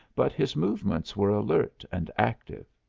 but his movements were alert and active.